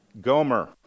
Gomer